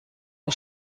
der